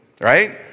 right